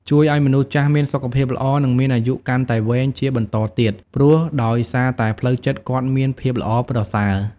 ជួយឲ្យមនុស្សចាស់មានសុខភាពល្អ និងមានអាយុកាន់តែវែងជាបន្តទៀត ព្រោះដោយសារតែផ្លូវចិត្តគាត់មានភាពល្អប្រសើរ។